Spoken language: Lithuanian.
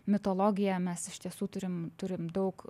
mitologiją mes iš tiesų turim turim daug